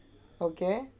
okay